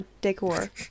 decor